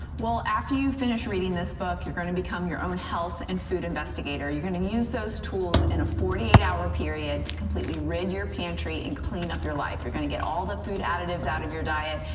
well after you finish reading this book, you're gonna become your own health and food investigator. you're gonna use those tools in a forty eight hour period to completely rid your pantry and clean up your life. you're gonna get all the food additives out of your diet,